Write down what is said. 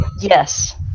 yes